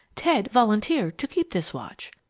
ted volunteered to keep this watch.